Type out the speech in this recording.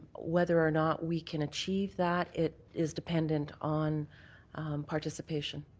whether or not we can achieve that, it is dependent on participation.